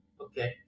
Okay